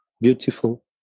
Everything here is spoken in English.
beautiful